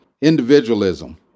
individualism